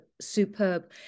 superb